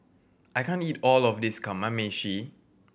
I can't eat all of this Kamameshi